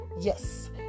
Yes